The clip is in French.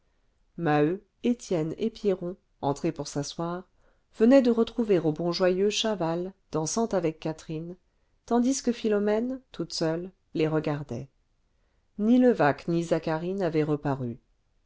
maheu étienne et pierron entrés pour s'asseoir venaient de retrouver au bon joyeux chaval dansant avec catherine tandis que philomène toute seule les regardait ni levaque ni zacharie n'avaient reparu